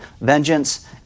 vengeance